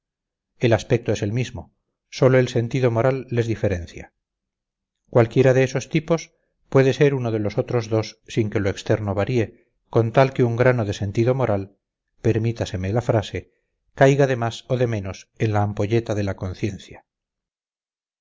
el aspecto es el mismo sólo el sentido moral les diferencia cualquiera de esos tipos puede ser uno de los otros dos sin que lo externo varíe con tal que un grano de sentido moral permítaseme la frase caiga de más o de menos en la ampolleta de la conciencia